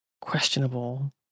questionable